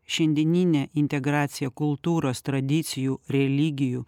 šiandieninę integracija kultūros tradicijų religijų